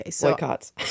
boycotts